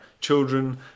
children